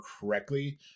correctly